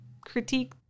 critique